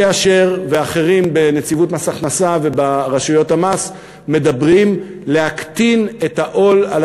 משה אשר ואחרים בנציבות מס הכנסה וברשויות המס מדברים להקטין את העול על